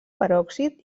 peròxid